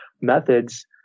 methods